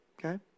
Okay